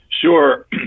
Sure